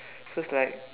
so it's like